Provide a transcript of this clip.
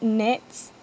NETS